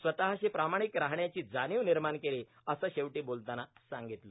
स्वतःशी प्रामाणिक राहण्याची जाणीव निर्माण केली असं शेवटी बोलताना सांगितलं